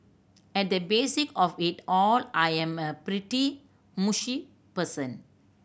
at the basic of it all I am a pretty mushy person